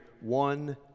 one